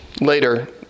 Later